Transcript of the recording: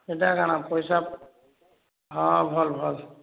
ସେଟା କାଣା ପଇସା ହଁ ଭଲ୍ ଭଲ୍